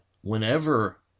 whenever